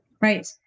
Right